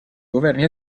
governi